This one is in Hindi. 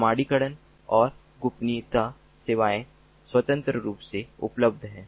प्रमाणीकरण और गोपनीय सेवाएं स्वतंत्र रूप से उपलब्ध हैं